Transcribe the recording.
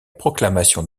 proclamation